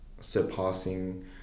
surpassing